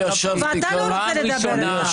אתה לא רוצה לדבר איתה.